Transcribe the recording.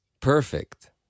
Perfect